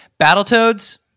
Battletoads